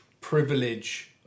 privilege